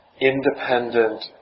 independent